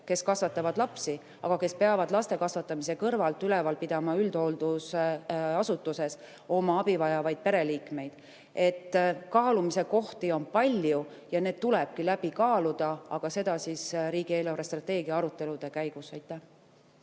kes kasvatavad lapsi, aga kes peavad laste kasvatamise kõrvalt üleval pidama üldhooldusasutuses oma abivajavaid pereliikmeid. Kaalumise kohti on palju ja need tulebki läbi kaaluda, aga seda riigi eelarvestrateegia arutelude käigus. Aitäh